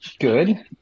good